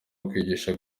ukwigisha